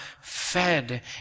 fed